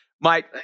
Mike